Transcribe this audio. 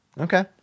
Okay